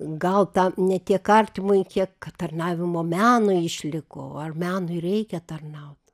gal tą ne tiek artimui kiek tarnavimo menui išliko ar menui reikia tarnaut